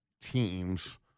teams